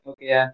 Okay